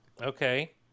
Okay